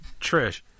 Trish